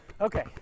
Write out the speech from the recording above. Okay